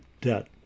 debt